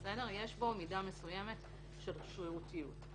יש בו מידה מסוימת של שרירותיות.